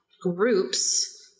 groups